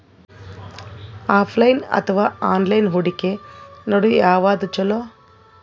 Offline ಅಥವಾ online ಹೂಡಿಕೆ ನಡು ಯವಾದ ಛೊಲೊ?